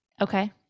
Okay